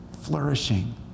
flourishing